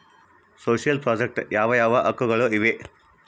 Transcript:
Social project ಯಾವ ಯಾವ ಹಕ್ಕುಗಳು ಇವೆ?